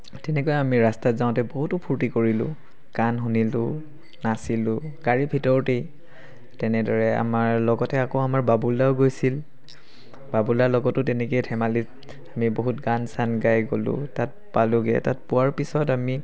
তেনেকৈ আমি ৰাস্তাত যাওঁতে বহুতো ফূৰ্তি কৰিলোঁ গান শুনিলোঁ নাচিলোঁ গাড়ীৰ ভিতৰতেই তেনেদৰে আমাৰ লগতে আকৌ আমাৰ বাবুল দাও গৈছিল বাবুল দাৰ লগতো তেনেকৈ ধেমালি আমি বহুত গান চান গাই গলোঁ তাত পালোঁগৈ তাত পোৱাৰ পিছত আমি